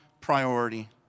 priority